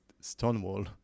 Stonewall